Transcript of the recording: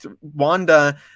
Wanda